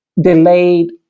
delayed